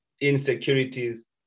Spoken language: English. insecurities